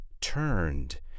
turned